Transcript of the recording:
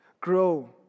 Grow